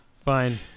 fine